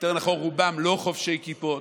יותר נכון רובם לא חובשי כיפות,